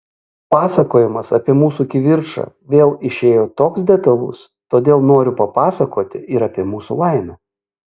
pasakojimas apie mūsų kivirčą vėl išėjo toks detalus todėl noriu papasakoti ir apie mūsų laimę